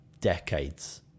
decades